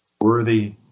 Worthy